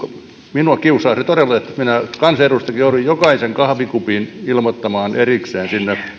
minua kiusaa se todella että minä kansanedustajanakin joudun jokaisen kahvikupin ilmoittamaan erikseen